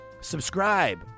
subscribe